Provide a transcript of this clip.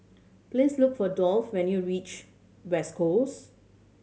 please look for Dolph when you reach West Coast